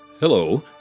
Hello